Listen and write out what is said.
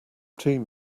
team